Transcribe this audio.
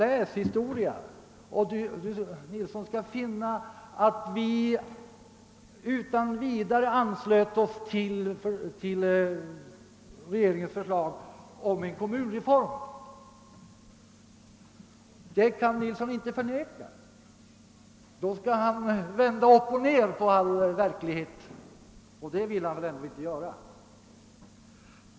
Läs historia, och herr Nilsson skall finna att vi utan vidare anslöt oss till regeringens förslag om en kommunreform. Det kan herr Nilsson inte förneka; i så fall måste han vända upp och ned på all verklighet, och det vill han väl ändå inte göra.